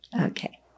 Okay